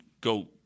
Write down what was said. go